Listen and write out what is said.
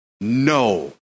No